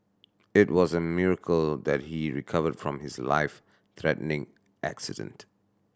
it was a miracle that he recovered from his life threatening accident